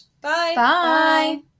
Bye